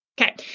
Okay